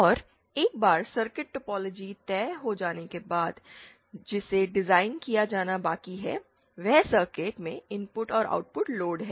और एक बार सर्किट टोपोलॉजी तय हो जाने के बाद जिसे डिज़ाइन किया जाना बाकी है वह सर्किट में इनपुट और आउटपुट लोड है